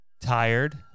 tired